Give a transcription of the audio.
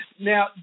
Now